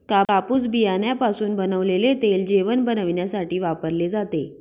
कापूस बियाण्यापासून बनवलेले तेल जेवण बनविण्यासाठी वापरले जाते